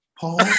Paul